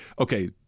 okay